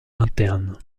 interne